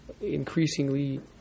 increasingly